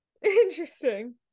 interesting